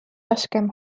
raskem